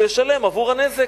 שישלם בעבור הנזק.